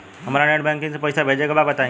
हमरा net banking से पईसा भेजे के बा बताई?